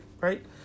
right